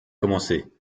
commencé